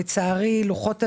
לצערי, לוחות הזמנים,